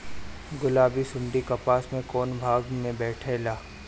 गुलाबी सुंडी कपास के कौने भाग में बैठे ला?